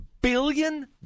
billion